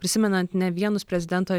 prisimenant ne vienus prezidento